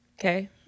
okay